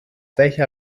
welcher